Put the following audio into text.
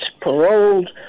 paroled